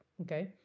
okay